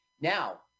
now